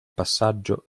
passaggio